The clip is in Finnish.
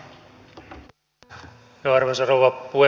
arvoisa rouva puhemies